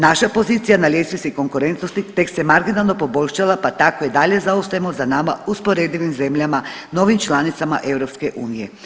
Naša pozicija na ljestvici konkurentnosti tek se marginalno poboljšala pa tako i dalje zaostajemo za nama usporedivim zemljama, novim članicama EU.